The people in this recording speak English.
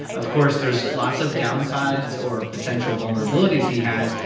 of course, there's lots of downsides or potential vulnerabilities he has.